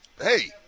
Hey